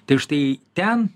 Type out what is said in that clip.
tai štai ten